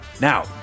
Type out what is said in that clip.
Now